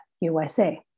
USA